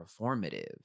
performative